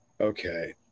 okay